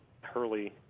Hurley